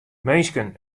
minsken